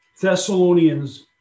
Thessalonians